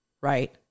right